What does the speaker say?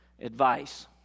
advice